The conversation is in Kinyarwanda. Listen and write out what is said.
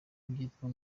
byitwa